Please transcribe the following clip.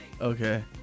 okay